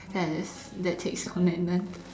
that is that takes commitment